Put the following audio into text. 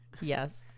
Yes